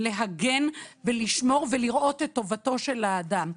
להגן ולשמור ולראות את טובתו של האדם.